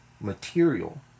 material